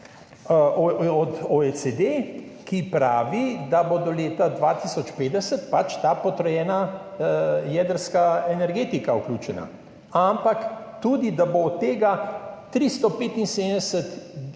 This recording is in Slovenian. od OECD, ki pravi, da bo do leta 2050 vključena ta potrojena jedrska energetika, ampak tudi, da bo od tega 375